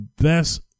best